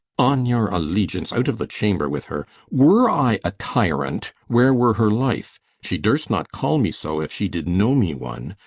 on your allegiance, out of the chamber with her! were i a tyrant, where were her life? she durst not call me so, if she did know me one.